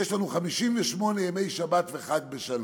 יש לנו 58 ימי שבת וחג בשנה.